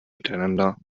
miteinander